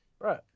Right